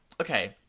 okay